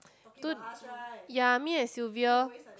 to ya me and Sylvia